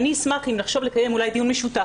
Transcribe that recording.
אני אשמח אם נחשוב לקיים אולי דיון משותף